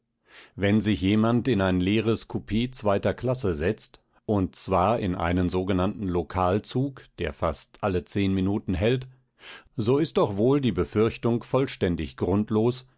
wenn sich jemand in ein leeres kupee zweiter klasse setzt und zwar in einen sogenannten lokalzug der fast alle zehn minuten hält so ist doch wohl die befürchtung vollständig grundlos